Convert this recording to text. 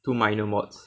two minor mods